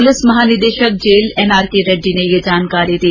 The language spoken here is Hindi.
पुलिस महानिदेशक jail N R K Reddy ने ये जानकारी दी